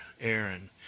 Aaron